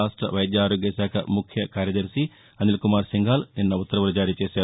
రాష్ట వైద్య ఆరోగ్యశాఖ ముఖ్య కార్యదర్శి అనిల్కుమార్ సింఘాల్ నిన్న ఉత్తర్వులు జారీచేశారు